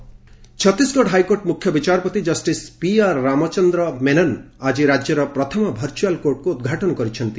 Chhattisgarh high court Chhattisgarh high court ମୁଖ୍ୟ ବଚାରପତି justice PR Ramachandra Menon ଆଜି ରାଜ୍ୟର ପ୍ରଥମ ଭର୍ଚୁଆଲ୍ କୋର୍ଟକୁ ଉଦ୍ଘାଟନ କରିଛନ୍ତି